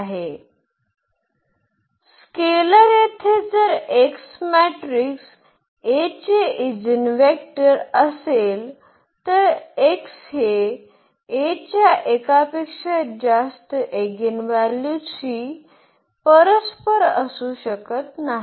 scalar येथे जर x matrix A चे ईजीनवेक्टर असेल तर x हे A च्या एकापेक्षा जास्त एगिनव्हॅल्यूशी परस्पर असू शकत नाही